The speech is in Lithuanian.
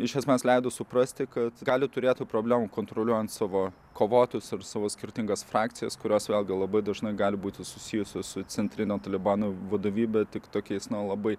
iš esmės leido suprasti kad gali turėtų problemų kontroliuojant savo kovotojus ir savo skirtingas frakcijas kurios vėlgi labai dažnai gali būti susijusios su centrinio talibano vadovybe tik tokiais na labai